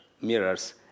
mirrors